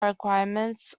requirements